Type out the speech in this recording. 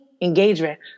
engagement